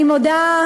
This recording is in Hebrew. אני מודה,